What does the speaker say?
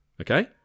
Okay